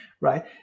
right